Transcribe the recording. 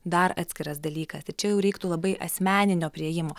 dar atskiras dalykas ir čia jau reiktų labai asmeninio priėjimo